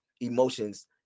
emotions